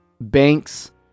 banks